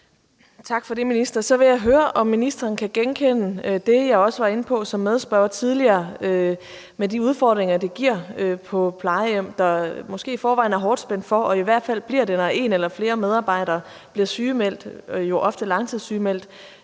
Tak for det, minister. Så vil jeg høre, om ministeren kan genkende det, jeg også var inde på som medspørger tidligere, med de udfordringer, det giver på plejehjem, der måske i forvejen er hårdt spændt for og i hvert fald bliver det, når en eller flere medarbejdere bliver sygemeldt, jo ofte langtidssygemeldt,